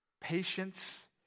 Patience